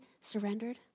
surrendered